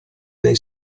dai